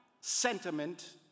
sentiment